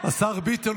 השר ביטון,